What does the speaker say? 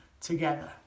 together